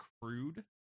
crude